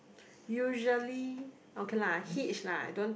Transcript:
usually okay lah hitch lah I don't